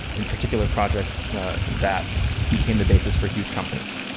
in particular, projects that became the basis for huge companies.